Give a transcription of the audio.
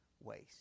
waste